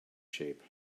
shape